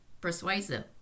persuasive